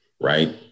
Right